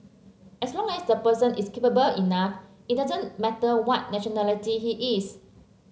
as long as the person is capable enough it doesn't matter what nationality he is